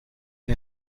and